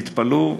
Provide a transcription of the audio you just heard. תתפלאו,